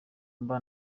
mba